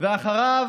ואחריו